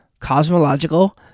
cosmological